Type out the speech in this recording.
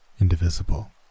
indivisible